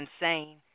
insane